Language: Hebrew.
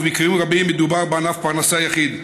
ובמקרים רבים מדובר בענף פרנסה יחיד.